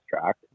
track